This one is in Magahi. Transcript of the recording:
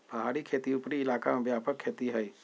पहाड़ी खेती उपरी इलाका में व्यापक खेती हइ